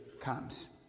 comes